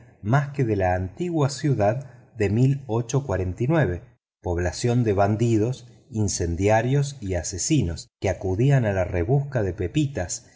más que de la antigua ciudad de población de bandidos incendiarios y asesinos que acudían a la rebusca de pepitas